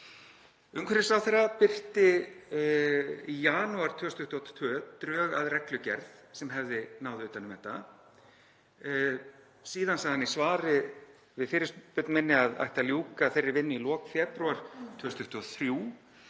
Umhverfisráðherra birti í janúar 2022 drög að reglugerð sem hefði náð utan um þetta. Síðan sagði hann í svari við fyrirspurn minni að það ætti að ljúka þeirri vinnu í lok febrúar 2023